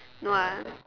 no ah